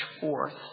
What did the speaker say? forth